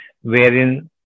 wherein